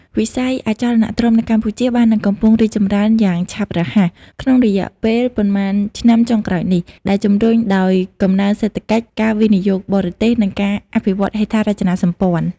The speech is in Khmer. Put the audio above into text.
វិស័យអចលនទ្រព្យនៅកម្ពុជា បាននិងកំពុងរីកចម្រើនយ៉ាងឆាប់រហ័សក្នុងរយៈពេលប៉ុន្មានឆ្នាំចុងក្រោយនេះ ដែលជំរុញដោយកំណើនសេដ្ឋកិច្ច ការវិនិយោគបរទេស និងការអភិវឌ្ឍហេដ្ឋារចនាសម្ព័ន្ធ។